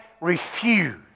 refuse